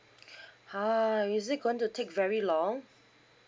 !huh! is it going to take very long